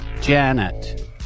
Janet